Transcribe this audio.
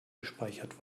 gespeichert